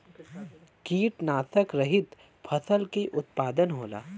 कीटनाशक रहित फसल के उत्पादन होला